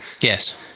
Yes